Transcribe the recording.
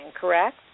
correct